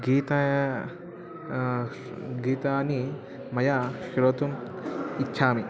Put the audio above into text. गीतानि गीतानि मया श्रोतुम् इच्छामि